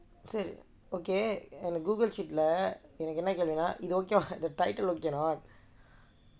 so okay and Google sheet leh இந்த:intha image எல்லாம் இது:ellaam ithu okay வா இந்த:vaa intha title okay வா:vaa